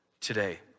today